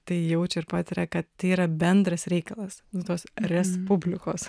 tai jaučia ir patiria kad yra bendras reikalas tos respublikos